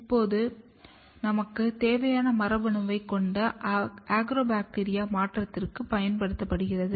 அப்போது நமக்கு தேவையான மரபணுவைக் கொண்ட அக்ரோபாக்டீரியம் மாற்றத்திற்கு பயன்படுத்தப்படுகிறது